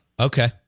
Okay